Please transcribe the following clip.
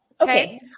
okay